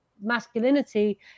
masculinity